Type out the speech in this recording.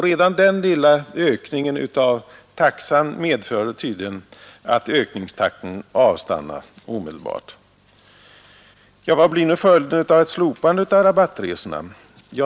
Redan den lilla höjningen av taxan medförde tydligen att ökningstakten omedelbart avstannade. Vad blir nu följden av ett slopande av rabattresorna?